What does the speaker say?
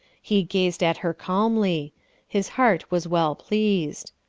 he gazed at her calmly his heart was well pleased.